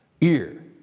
ear